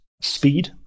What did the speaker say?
speed